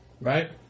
right